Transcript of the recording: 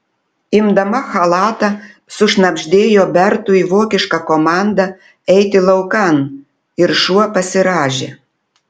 imdama chalatą sušnabždėjo bertui vokišką komandą eiti laukan ir šuo pasirąžė